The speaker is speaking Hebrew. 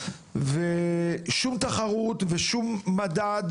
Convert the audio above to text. ושאין שום מדד,